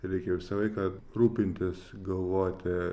reikia visą laiką rūpintis galvoti